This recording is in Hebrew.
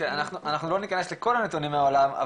אנחנו לא ניכנס לכל הנתונים מהעולם,